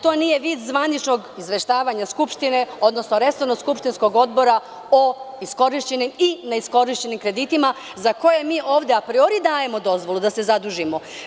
To nije vid zvaničnog izveštavanja Skupštine, odnosno resornog skupštinskog odbora o iskorišćenim i neiskorišćenim kreditima za koje mi ovde apriori dajemo dozvolu da se zadužimo.